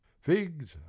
figs